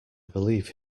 believe